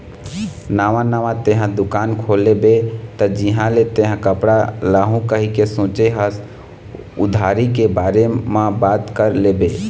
नवा नवा तेंहा दुकान खोलबे त जिहाँ ले तेंहा कपड़ा लाहू कहिके सोचें हस उधारी के बारे म बात कर लेबे